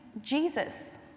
Jesus